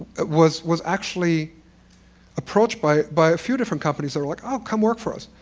was was actually approached by by a few different companies. they were like, ah come work for us.